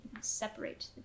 separate